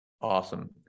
Awesome